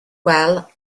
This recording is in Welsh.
wel